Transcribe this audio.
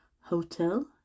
hotel